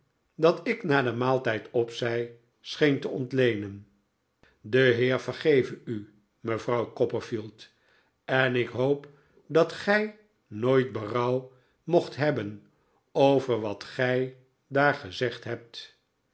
dat ik na den maaltijd opzei scheen te ontleenen de heer vergeve u mevrouw copperfield en ik hoop dat gij nooit berouw moogt hebberi over wat gij daar gezegd hebt